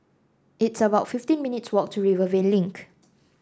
it's about fifteen minutes walk to Rivervale Link